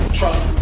trust